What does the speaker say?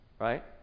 right